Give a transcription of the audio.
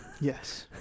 Yes